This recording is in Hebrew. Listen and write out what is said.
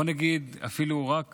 בואו נגיד שאפילו רק